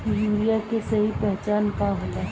Urea के सही पहचान का होला?